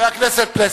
חבר הכנסת פלסנר.